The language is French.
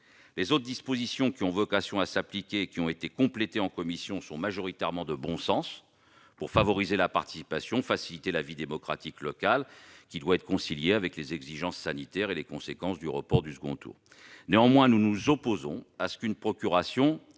Les autres dispositions qui ont vocation à s'appliquer et qui ont été complétées en commission sont majoritairement de bon sens. Elles visent à favoriser la participation et à faciliter la vie démocratique locale, qui doit être conciliée avec les exigences sanitaires et les conséquences du report du second tour. Néanmoins, nous nous opposons à ce qu'une procuration